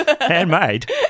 Handmade